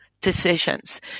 decisions